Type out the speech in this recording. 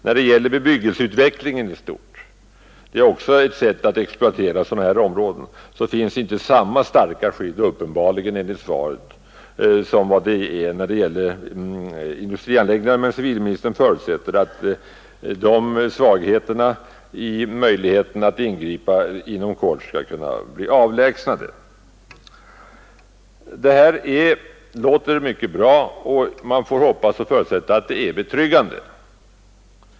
När det gäller bebyggelseutvecklingen i stort — det är också ett sätt att exploatera sådana här områden — finns uppenbarligen enligt svaret inte samma starka skydd som i fråga om industrianläggningar, men civilministern förutsätter att dessa svagheter i möjligheten att ingripa skall kunna bli avlägsnade inom kort. Detta låter mycket bra, och man får hoppas att det är betryggande.